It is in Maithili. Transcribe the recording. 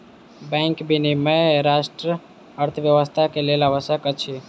बैंक विनियमन राष्ट्रक अर्थव्यवस्था के लेल आवश्यक अछि